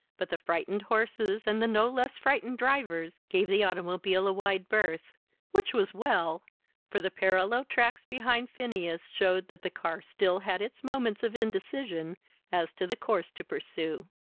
but the frightened horses and the no less frightened drivers gave the automobile a wide berth which was well for the parallel tracks behind phineas showed that the car still had its moments of indecision as to the course to pursue.